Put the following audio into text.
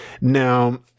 Now